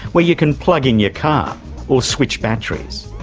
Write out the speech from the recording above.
where you can plug in your car or switch batteries.